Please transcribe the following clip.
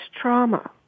trauma